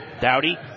Dowdy